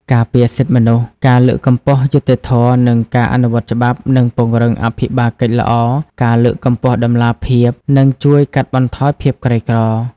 ការពារសិទ្ធិមនុស្ស ការលើកកម្ពស់យុត្តិធម៌ និងការអនុវត្តច្បាប់ និងពង្រឹងអភិបាលកិច្ចល្អ ការលើកកម្ពស់តម្លាភាព និងជួយកាត់បន្ថយភាពក្រីក្រ។